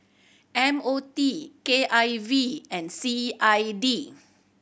M O T K I V and C I D